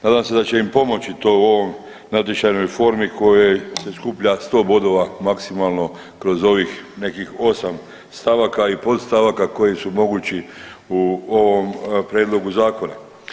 Nadam se da će im pomoći to u ovoj natječajnoj formi kojoj se skuplja 100 bodova maksimalno kroz ovih nekih osam stavaka i podstavaka koji su mogući u ovom prijedlogu zakona.